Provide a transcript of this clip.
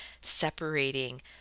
separating